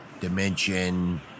dimension